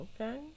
Okay